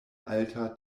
alta